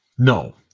No